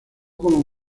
como